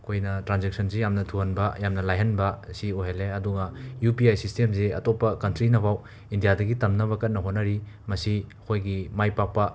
ꯑꯩꯈꯣꯏꯅ ꯇ꯭ꯔꯥꯟꯖꯦꯛꯁꯟꯁꯤ ꯌꯥꯝꯅ ꯊꯨꯍꯟꯕ ꯌꯥꯝꯅ ꯂꯥꯏꯍꯟꯕ ꯁꯤ ꯑꯣꯏꯍꯜꯂꯦ ꯑꯗꯨꯒ ꯌꯨ ꯄꯤ ꯑꯥꯏ ꯁꯤꯁꯇꯦꯝꯁꯦ ꯑꯇꯣꯞꯄ ꯀꯟꯇ꯭ꯔꯤꯅꯐꯥꯎ ꯏꯟꯗ꯭ꯌꯥꯗꯒꯤ ꯇꯝꯅꯕ ꯀꯟꯅ ꯍꯣꯠꯅꯔꯤ ꯃꯁꯤ ꯑꯩꯈꯣꯏꯒꯤ ꯃꯥꯏ ꯄꯥꯛꯄ